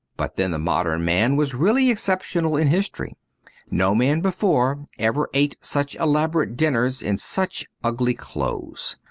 but then the modern man was really excep tional in history no man before ever ate such elaborate dinners in such ugly clothes.